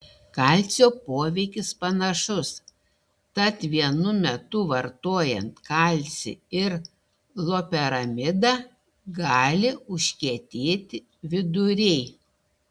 kalcio poveikis panašus tad vienu metu vartojant kalcį ir loperamidą gali užkietėti viduriai